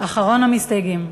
אחרון המסתייגים.